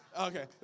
Okay